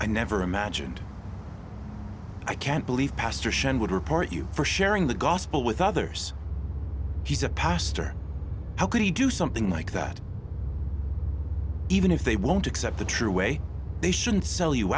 i never imagined i can't believe pastor shane would report you for sharing the gospel with others he's a pastor how could he do something like that even if they won't accept the true way they should sell you